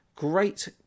Great